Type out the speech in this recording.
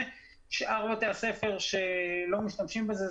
אבל שאר בתי הספר שלא משתמשים בזה,